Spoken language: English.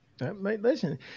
Listen